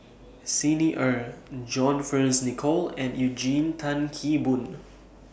Xi Ni Er John Fearns Nicoll and Eugene Tan Kheng Boon